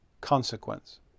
Consequence